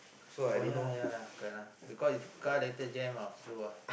oh ya lah ya lah correct lah because if car later jam ah slow ah